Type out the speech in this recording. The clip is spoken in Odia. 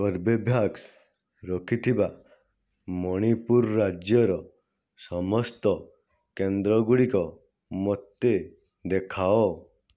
କର୍ବେଭ୍ୟାକ୍ସ ରଖିଥିବା ମଣିପୁର ରାଜ୍ୟର ସମସ୍ତ କେନ୍ଦ୍ର ଗୁଡ଼ିକ ମୋତେ ଦେଖାଅ